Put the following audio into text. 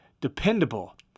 dependable